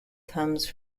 comes